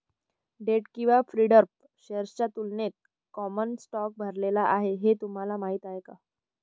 Date किंवा preferred शेअर्सच्या तुलनेत कॉमन स्टॉक भरलेला आहे हे तुम्हाला माहीत आहे का?